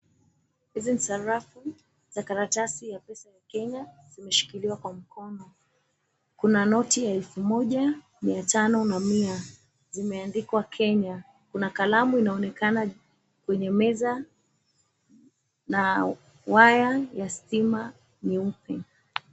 Hizi ni sarafu za karatasi ya pesa ya Kenya zimeshikiliwa kwa mkono. Kuna noti ya elfu moja, mia tano na mia zimeandikwa Kenya. Kuna kalamu inaonekana kwenye meza na waya ya stima nyeupe.